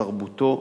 תרבותו,